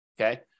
okay